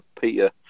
Peter